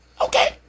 Okay